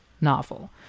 novel